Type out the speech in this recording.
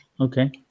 Okay